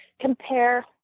compare